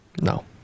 No